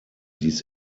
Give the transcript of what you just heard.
dies